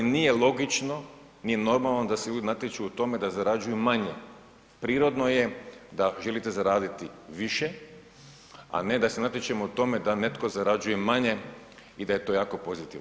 Nije logično, nije normalno da se ljudi natječu u tome da zarađuju manje, prirodno je da želite zaraditi više, a ne da se natječemo u tome da netko zarađuje manje i da je to jako pozitivno.